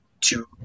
two